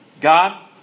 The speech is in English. God